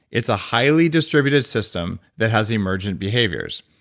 it's a highly distributed system that has emergent behaviors.